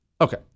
Okay